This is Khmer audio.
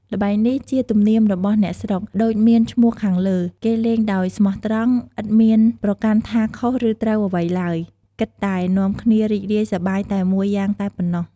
ល្បែងនេះ ជាទំនៀមរបស់អ្នកស្រុក ដូចមានឈ្មាះខាងលើ គេលេងដោយស្មោះត្រង់ ឥតមានប្រកាន់ថាខុសឬត្រូវអ្វីឡើយ គិតតែនាំគ្នារីករាយសប្បាយតែមួយយ៉ាងតែប៉ុណ្ណោះ។